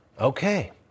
Okay